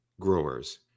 growers